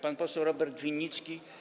Pan poseł Robert Winnicki.